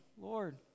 Lord